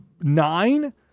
nine